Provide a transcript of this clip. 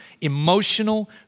emotional